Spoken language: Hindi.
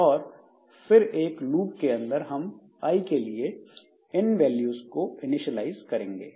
और फिर एक लूप के अंदर हम आई के लिए इन वैल्यूज को इनिशियलाइज करेंगे